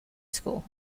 school